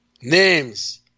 Names